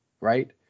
right